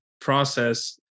process